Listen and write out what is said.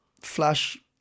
flash